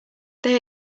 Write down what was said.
they